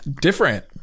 different